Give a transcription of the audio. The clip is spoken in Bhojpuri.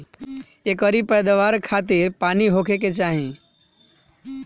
एकरी पैदवार खातिर पानी होखे के चाही